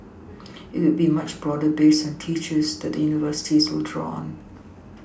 it will be much broader based on teachers that the universities will draw on